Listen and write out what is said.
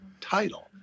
title